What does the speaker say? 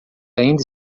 ainda